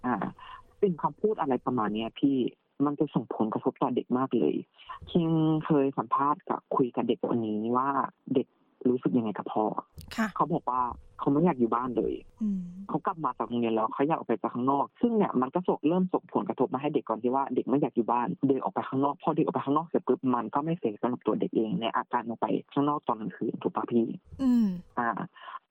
อ่า เป็นคำพูดอะไรประมาณเนี้ยพี่ มันจะส่งผลกระทบต่อเด็กมากเลย คิงเคยสัมภาษณ์กับ- คุยกับเด็กคนนี้ว่าเด็กรู้สึกยังไงกับพ่อค่ะเขาบอกว่าเขาไม่อยากอยู่บ้านเลยอืมเขากลับมาจากโรงเรียนแล้วเขาอยากออกไปจากข้างนอก ซึ่งเนี่ยมันก็ส่ง- เริ่มส่งผลกระทบมาให้เด็กก่อนที่ว่าเด็กไม่อยากอยู่บ้าน เดินออกไปข้างนอก พอเดินออกไปข้างนอกเสร็จปุ๊บมันก็ไม่ safe สำหรับตัวเด็กเองในอาการมันไปข้างนอกตอนกลางคืน ถูกปะพี่?อืมอ่า